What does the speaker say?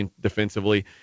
defensively